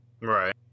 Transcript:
Right